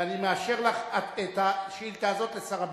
ואני מאשר לך את השאילתא הזאת לשר הביטחון: